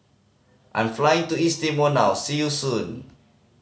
I'm flying to East Timor now see you soon